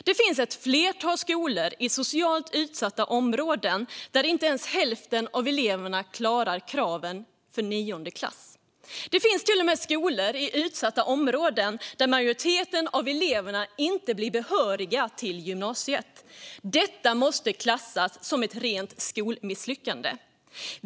Det finns ett flertal skolor i socialt utsatta områden där inte ens hälften av eleverna klarar kraven för nionde klass. Det finns till och med skolor i utsatta områden där majoriteten av eleverna inte blir behöriga till gymnasiet. Detta måste klassas som ett rent skolmisslyckande.